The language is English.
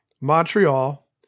Montreal